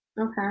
Okay